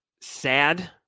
sad